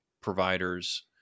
providers